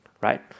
Right